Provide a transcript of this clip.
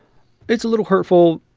it's a little hurtful,